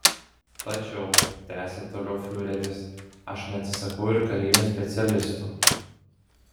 tačiau tęsė toliau fiureris aš neatsisakau ir karinių specialistų